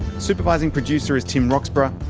supervising producer is tim roxburgh.